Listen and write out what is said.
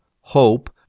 hope